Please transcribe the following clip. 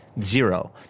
Zero